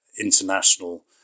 international